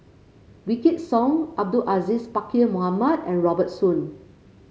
Wykidd Song Abdul Aziz Pakkeer Mohamed and Robert Soon